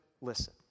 listen